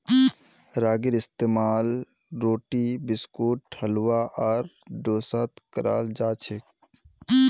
रागीर इस्तेमाल रोटी बिस्कुट हलवा आर डोसात कराल जाछेक